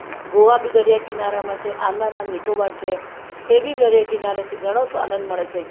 ગોવા બી દરિયાકિનારામાં છે આંદામાન નિકોબાર છે તે બી દરિયાકિનારે છે ઘણો આનંદ મળે છે